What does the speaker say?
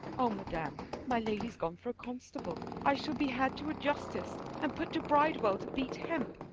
o madam, my lady's gone for a constable i shall be had to a justice, and put to bridewell to beat hemp.